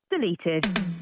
Deleted